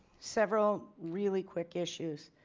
several really quick issues.